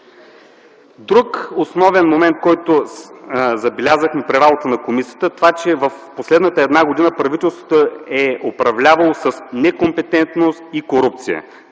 Друг основен момент, който забелязахме при работата на комисията, е, че през последната една година правителството е управлявало с некомпетентност и корупция.